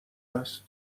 هست